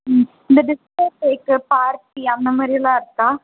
ம் இந்த டிஸ்கோதேக்கு பார்ட்டி அந்த மாதிரிலாம் இருக்கா